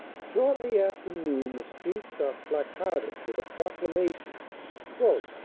shortly after noon the streets are placarded with a pro clamation,